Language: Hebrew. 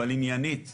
אבל עניינית --- ודמני,